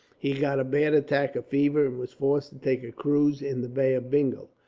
he got a bad attack of fever, and was forced to take a cruise in the bay of bengal.